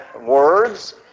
words